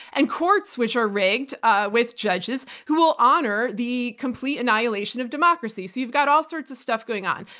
and courts which are rigged ah with judges who will honor the complete annihilation of democracy. so you've got all sorts of stuff going on.